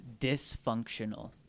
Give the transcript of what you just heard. dysfunctional